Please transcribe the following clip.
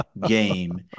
game